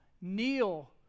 Kneel